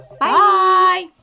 Bye